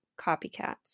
copycats